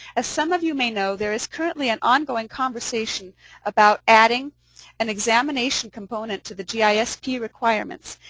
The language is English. as some of you may know, there is currently an ongoing conversation about adding an examination component to the gis key requirements.